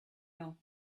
know